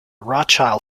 rothschild